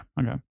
Okay